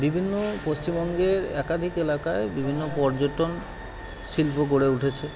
বিভিন্ন পশ্চিমবঙ্গের একাধিক এলাকায় বিভিন্ন পর্যটন শিল্প গড়ে উঠেছে